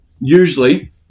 usually